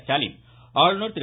ஸ்டாலின் ஆளுநர் திரு